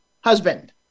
husband